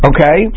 Okay